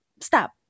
stop